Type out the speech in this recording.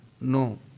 No